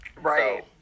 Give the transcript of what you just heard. Right